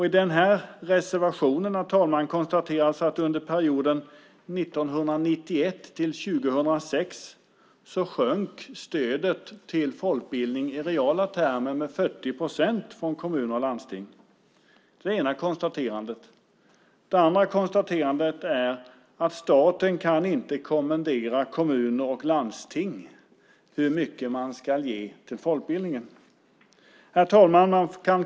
I reservationen konstateras att under perioden 1991-2006 sjönk stödet till folkbildning i reala termer från kommuner och landsting med 40 procent. Det är det ena konstaterandet. Det andra konstaterandet är att staten inte kan kommendera hur mycket kommuner och landsting ska ge till folkbildningen. Herr talman!